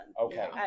okay